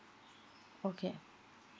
okay